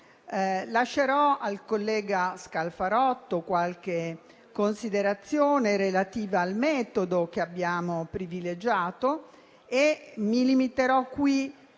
Lascerò al collega Scalfarotto qualche considerazione relativa al metodo che abbiamo privilegiato e mi limiterò qui